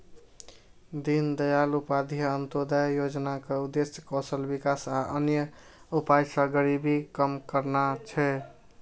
दीनदयाल उपाध्याय अंत्योदय योजनाक उद्देश्य कौशल विकास आ अन्य उपाय सं गरीबी कम करना छै